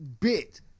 bit